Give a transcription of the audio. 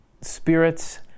spirits